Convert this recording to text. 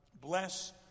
Bless